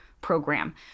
program